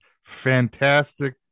Fantastic